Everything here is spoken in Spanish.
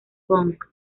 punk